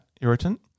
irritant